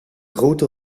grote